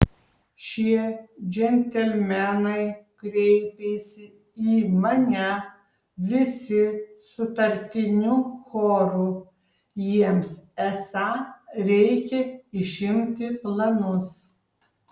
šie džentelmenai kreipėsi į mane visi sutartiniu choru jiems esą reikia išimti planus